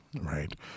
right